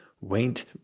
wait